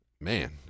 man